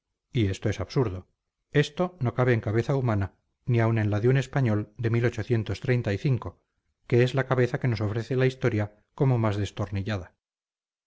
y esto es absurdo esto no cabe en cabeza humana ni aun en la de un español de que es la cabeza que nos ofrece la historia como más destornillada